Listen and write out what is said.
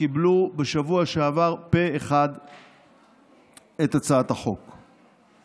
קיבלו בשבוע שעבר את הצעת החוק פה אחד.